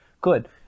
Good